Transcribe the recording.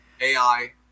AI